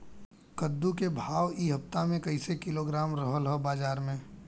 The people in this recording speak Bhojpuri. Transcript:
कद्दू के भाव इ हफ्ता मे कइसे किलोग्राम रहल ह बाज़ार मे?